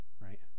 right